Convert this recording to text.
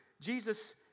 Jesus